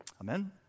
Amen